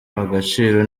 agaciro